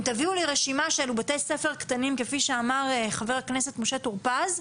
אם תביאו לי רשימה של בתי-הספר קטנים כפי שאמר ח"כ משה טורפז,